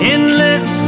Endless